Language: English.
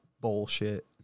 bullshit